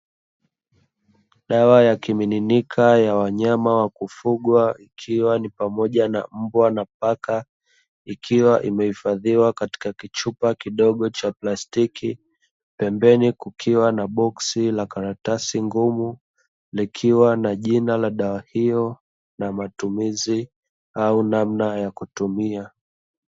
Dawa ya kimiminika ya wanyama wakufugwa ikiwa ni pamoja na mbwa na paka, ikiwa imehifadhiwa katika kichupa kidogo cha plastiki. Pembeni kukiwa na boksi la karatasi ngumu likiwa na jina la dawa hiyo na matumizi au namna ya kutumia.